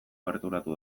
gerturatu